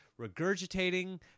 regurgitating